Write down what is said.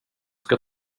ska